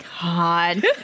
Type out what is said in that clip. God